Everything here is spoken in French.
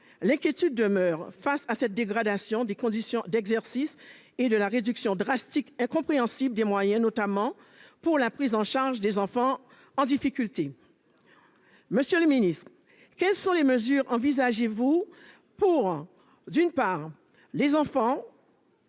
l'inquiétude demeure face à la dégradation des conditions d'exercice et à la réduction drastique incompréhensible des moyens, notamment pour la prise en charge d'enfants en difficulté. Monsieur le ministre, quelles mesures envisagez-vous pour les enfants